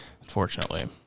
Unfortunately